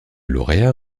lauréat